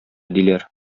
диләр